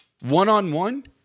one-on-one